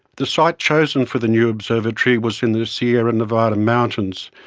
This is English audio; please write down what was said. the site chosen for the new observatory was in the sierra nevada mountains,